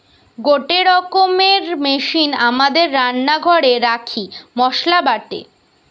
গটে রকমের মেশিন আমাদের রান্না ঘরে রাখি মসলা বাটে